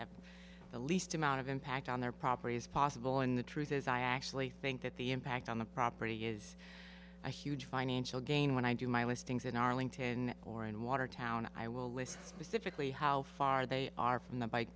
have the least amount of impact on their property as possible and the truth is i actually think that the impact on the property is a huge financial gain when i do my listings in arlington or in watertown i will list specifically how far they are from the bike